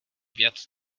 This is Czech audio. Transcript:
věc